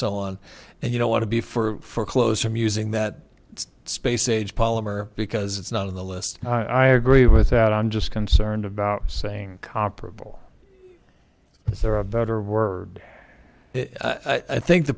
so on and you don't want to be for clothes from using that space age polymer because it's not on the list i agree with that i'm just concerned about saying comparable is there a better word i think the